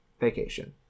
Vacation